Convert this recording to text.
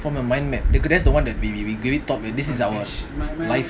from your mind map because that's the one that we we we really thought this is our life